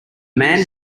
man